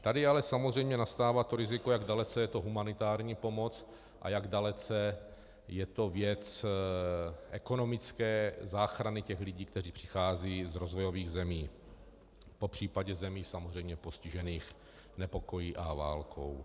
Tady ale samozřejmě nastává to riziko, jak dalece je to humanitární pomoc a jak dalece je to věc ekonomické záchrany těch lidí, kteří přicházejí z rozvojových zemí, popř. zemí samozřejmě postižených nepokoji a válkou.